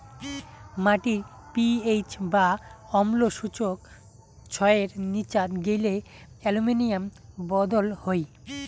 মাটির পি.এইচ বা অম্ল সূচক ছয়ের নীচাত গেইলে অ্যালুমিনিয়াম বদল হই